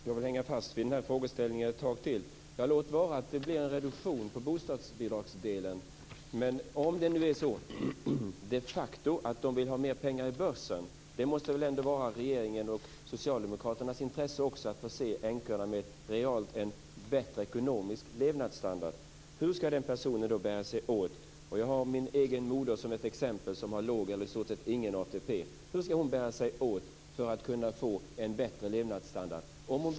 Fru talman! Jag vill hänga fast vid frågan ett tag till. Låt vara att det blir en reduktion på bostadsbidragsdelen. Men de vill de facto ha mer pengar i börsen. Det måste väl ändå ligga i regeringens och Socialdemokraternas intresse att förse änkorna med en realt bättre ekonomisk levnadsstandard. Hur skall den personen bära sig åt? Jag har min egen mor som exempel. Hon får i stort sett ingen ATP. Hur skall hon bära sig åt för att få bättre levnadsstandard?